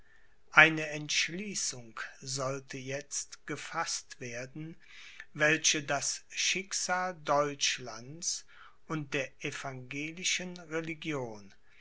eine entschließung sollte jetzt gefaßt werden welche das schicksal deutschlands und der evangelischen religion